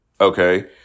Okay